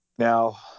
Now